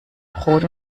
brot